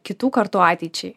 kitų kartų ateičiai